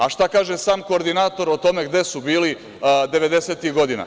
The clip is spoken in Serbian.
A šta kaže sam koordinator o tome gde su bili 90-ih godina.